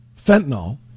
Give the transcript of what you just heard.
fentanyl